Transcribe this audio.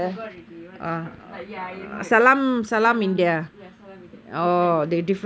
forgot already what's called but ya you know salam ya salam india different different ya